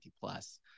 Plus